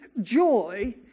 joy